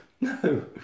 No